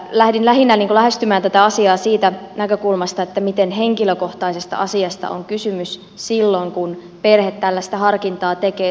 lähdin lähinnä lähestymään tätä asiaa siitä näkökulmasta miten henkilökohtaisesta asiasta on kysymys silloin kun perhe tällaista harkintaa tekee